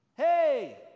hey